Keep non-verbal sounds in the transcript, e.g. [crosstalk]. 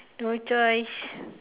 no choice [noise]